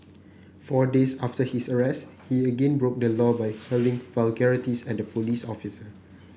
four days after his arrest he again broke the law by hurling vulgarities at a police officer